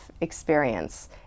experience